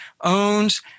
owns